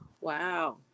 Wow